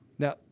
Now